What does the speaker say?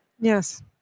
yes